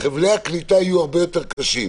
חבלי הקליטה יהיו הרבה יותר קשים.